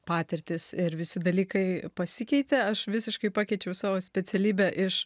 patirtys ir visi dalykai pasikeitė aš visiškai pakeičiau savo specialybę iš